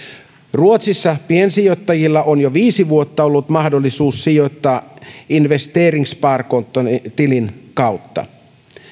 ruotsissa piensijoittajilla on jo viisi vuotta ollut mahdollisuus sijoittaa investeringssparkonto tilin kautta